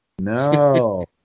No